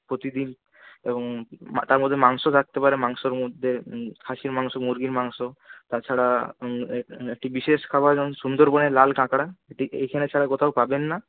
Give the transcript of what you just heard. প্রতিদিন এবং তার মধ্যে মাংস থাকতে পারে মাংসর মধ্যে খাসির মাংস মুরগির মাংস তাছাড়া একটি বিশেষ খাবার সুন্দরবনের লাল কাঁকড়া এটি এইখানে ছাড়া কোথাও পাবেন না